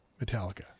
Metallica